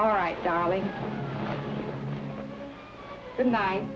right darling the night